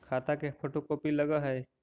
खाता के photo copy लगहै?